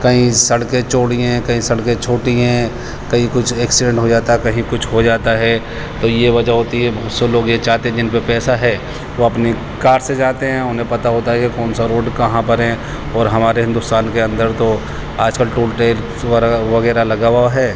کہیں سڑکیں چوڑی ہیں کہیں سڑکیں چھوٹی ہیں کہیں کچھ ایکسیڈینٹ ہو جاتا ہے کہیں کچھ ہو جاتا ہے تو یہ وجہ ہوتی ہے بہت سے لوگ یہ چاہتے ہیں جن پہ پیسہ ہے وہ اپنے کار سے جاتے ہیں اور انہیں پتا ہوتا ہے کہ کون سا روڈ کہاں پر ہے اور ہمارے ہندوستان کے اندر تو آج کل ٹول ٹیکس وغیرہ لگا ہوا ہے